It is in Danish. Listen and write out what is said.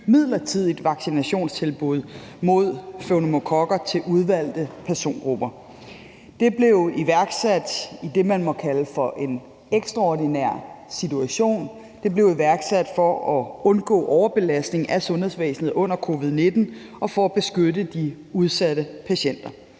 nyt, midlertidigt vaccinationstilbud mod pneumokokker til udvalgte persongrupper. Det blev iværksat i det, man må kalde for en ekstraordinær situation; det blev iværksat for at undgå overbelastning af sundhedsvæsenet under covid-19 og for at beskytte de udsatte patienter.